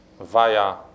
via